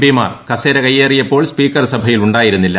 P മാർ കസേര കയ്യേറിയപ്പോൾ സ്പീക്കർ സഭയിൽ ഉണ്ടായിരുന്നില്ല